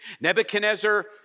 Nebuchadnezzar